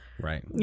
Right